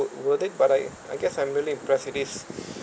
worth it but I I guess I'm really impressed it is